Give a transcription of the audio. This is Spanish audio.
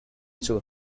sur